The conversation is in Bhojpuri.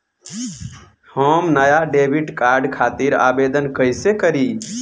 हम नया डेबिट कार्ड खातिर आवेदन कईसे करी?